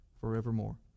forevermore